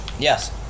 Yes